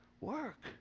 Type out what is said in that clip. Work